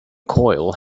coil